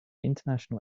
international